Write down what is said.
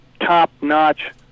top-notch